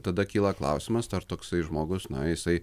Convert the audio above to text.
tada kyla klausimas ar toksai žmogus na jisai